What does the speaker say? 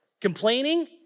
complaining